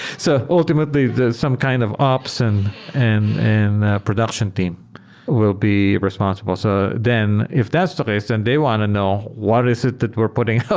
so ultimately, some kind of ops and and and production team will be responsible. so then, if that's the case, then they want to know what is it that we're putting ah